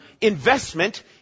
investment